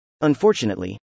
Unfortunately